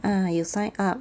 ah you sign up